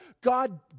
God